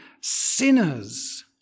sinners